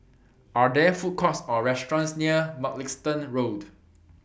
Are There Food Courts Or restaurants near Mugliston Road